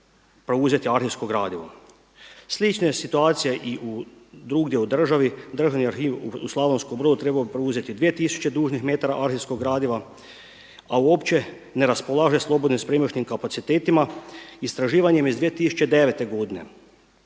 preuzeti arhivsko gradivo. Slična je situacija i drugdje u državi, Državni arhiv u Slavonskom Brodu trebao bi preuzeti dvije tisuće dužnih metara arhivskog gradiva, a uopće ne raspolaže slobodnim spremišnim kapacitetima. Istraživanjem iz 2009. godine